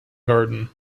garden